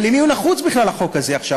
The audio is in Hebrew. אבל למי הוא נחוץ בכלל, החוק הזה, עכשיו?